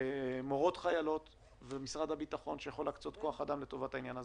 מורות חיילות ומשרד הביטחון שיכול להקצות כוח אדם לטובת העניין הזה,